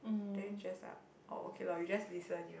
then just like oh okay la we just listen you know